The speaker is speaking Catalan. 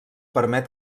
permet